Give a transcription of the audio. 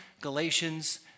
Galatians